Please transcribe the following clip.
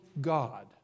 God